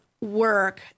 work